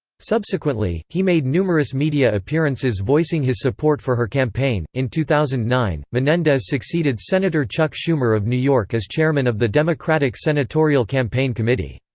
subsequently, he made numerous media appearances voicing his support for her campaign in two thousand and nine, menendez succeeded senator chuck schumer of new york as chairman of the democratic senatorial campaign committee.